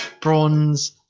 Bronze